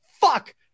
fuck